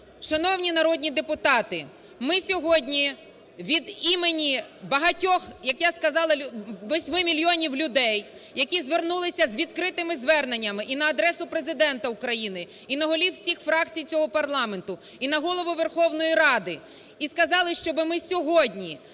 Шановні народні депутати, ми сьогодні від імені багатьох, як сказала, 8 мільйонів людей, які звернулися з відкритими зверненнями і на адресу Президента України, і на голів всіх фракцій цього парламенту, і на Голову Верховної Ради, і сказали, щоб ми сьогодні